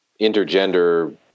intergender